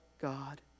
God